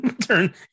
turn